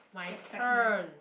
my turn